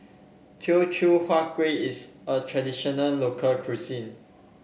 Teochew Huat Kueh is a traditional local cuisine